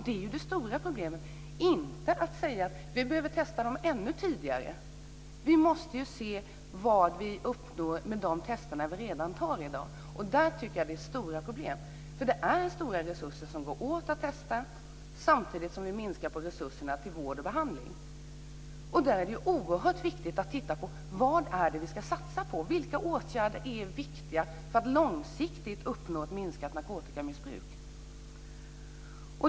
Det är det stora problemet, inte att vi behöver testa dem ännu tidigare. Vi måste ju se vad vi uppnår med de tester vi redan gör. Där tycker jag att det är stora problem. Det går åt stora resurser för att testa, samtidigt som vi minskar resurserna till vård och behandling. Där är det oerhört viktigt att titta på vad det är vi ska satsa på. Vilka åtgärder är viktiga för att långsiktigt uppnå ett minskat narkotikamissbruk?